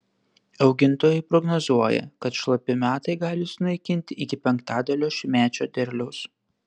augintojai prognozuoja kad šlapi metai gali sunaikinti iki penktadalio šiųmečio derliaus